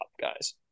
guys